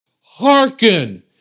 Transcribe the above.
Hearken